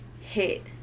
hit